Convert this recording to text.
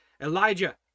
Elijah